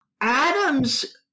Adams